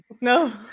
no